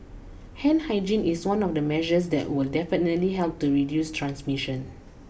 hand hygiene is one of the measures that will definitely help to reduce transmission